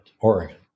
Oregon